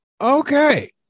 Okay